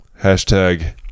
Hashtag